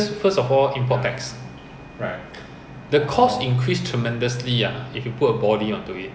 ya you never see before meh on the road so many err you google lor no lah tour bus